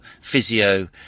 physio